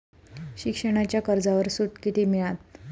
शिक्षणाच्या कर्जावर सूट किती मिळात?